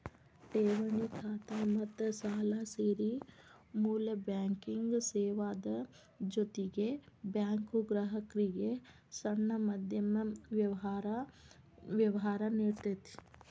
ಠೆವಣಿ ಖಾತಾ ಮತ್ತ ಸಾಲಾ ಸೇರಿ ಮೂಲ ಬ್ಯಾಂಕಿಂಗ್ ಸೇವಾದ್ ಜೊತಿಗೆ ಬ್ಯಾಂಕು ಗ್ರಾಹಕ್ರಿಗೆ ಸಣ್ಣ ಮಧ್ಯಮ ವ್ಯವ್ಹಾರಾ ನೇಡ್ತತಿ